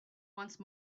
once